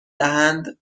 دهند